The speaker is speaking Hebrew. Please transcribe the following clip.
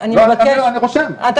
--- אני רושם, אני מתייחס ברצינות.